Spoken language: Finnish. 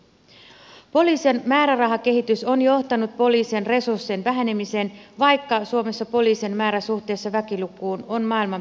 polii sien määrärahakehitys on johtanut poliisin resurssien vähenemiseen vaikka suomessa polii sien määrä suhteessa väkilukuun on maailman pienimpiä